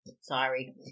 Sorry